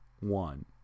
one